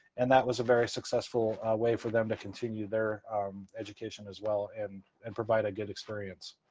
and that was a very successful way for them to continue their education as well and and provide a good experience.